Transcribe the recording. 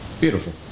Beautiful